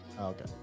okay